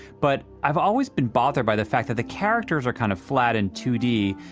but i've always been bothered by the fact that the characters are kind of flat in two d.